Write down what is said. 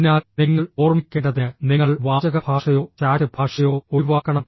അതിനാൽ നിങ്ങൾ ഓർമ്മിക്കേണ്ടതിന് നിങ്ങൾ വാചക ഭാഷയോ ചാറ്റ് ഭാഷയോ ഒഴിവാക്കണം